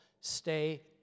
Stay